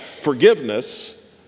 forgiveness